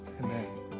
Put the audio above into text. Amen